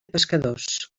pescadors